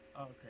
Okay